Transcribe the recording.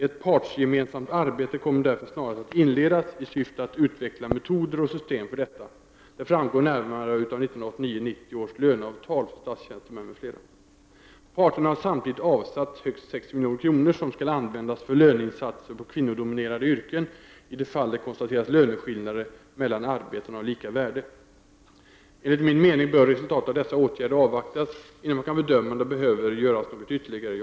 Ett partsgemensamt arbete kommer därför snarast att inledas i syfte att utveckla metoder och system för detta. Det framgår närmare av 1989—1990 års löneavtal för statstjänstemän m.fl. . Parterna har samtidigt avsatt högst 60 milj.kr. som skall användas för löneinsatser på kvinnodominerade yrken i de fall det konstateras löneskillnader mellan arbeten av lika värde. Enligt min mening bör resultatet av dessa åtgärder avvaktas, innan man kan bedöma om det behöver göras något ytterligare.